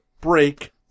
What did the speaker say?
break